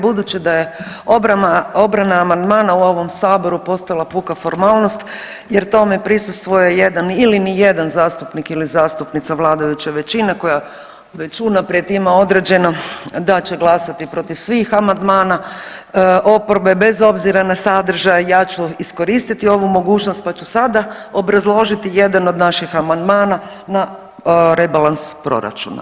Budući da je obrana amandmana u ovom saboru postala puka formalnost jer tome prisustvuje jedan ili nijedan zastupnik ili zastupnica vladajuće većine koja već unaprijed ima određeno da će glasati protiv svih amandmana oporbe bez obzira na sadržaj, ja ću iskoristiti ovu mogućnost pa ću sada obrazložiti jedan od naših amandmana na rebalans proračuna.